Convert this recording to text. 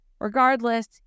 Regardless